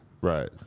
Right